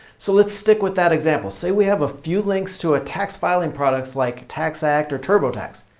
so let's stick with that example, say we have a few links to tax filing products like taxact or turbotax.